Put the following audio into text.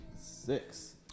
six